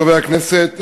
חברי הכנסת,